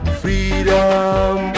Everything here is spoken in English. freedom